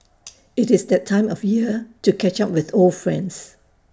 IT is that time of year to catch up with old friends